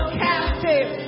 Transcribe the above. captive